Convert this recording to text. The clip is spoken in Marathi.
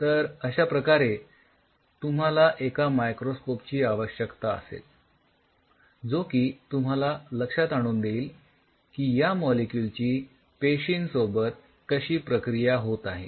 तर अश्या प्रकारे तुम्हाला एका मायक्रोस्कोपची आवश्यकता असेल जो की तुम्हाला लक्षात आणून देईल की या मॉलिक्यूलची पेशींसोबत कशी प्रक्रिया होत आहे